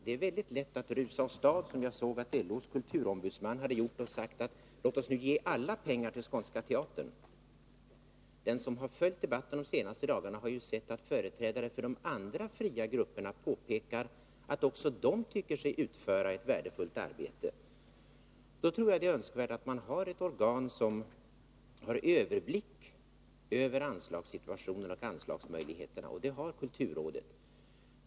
Det är väldigt lätt att rusa åstad, som jag såg att LO:s kulturombudsman hade gjort. Han sade: Låt oss nu ge alla pengar till Skånska Teatern! Den som har följt debatten de senaste dagarna har sett att företrädare för de andra fria grupperna påpekar att också de tycker sig utföra ett värdefullt arbete. Jag tror därför att det är önskvärt att man har ett organ som har överblick över anslagssituationen och anslagsmöjligheterna — och det har kulturrådet.